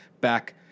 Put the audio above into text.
back